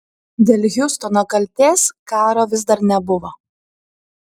dėl hiustono kaltės karo vis dar nebuvo